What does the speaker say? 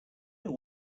know